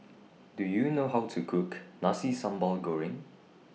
Do YOU know How to Cook Nasi Sambal Goreng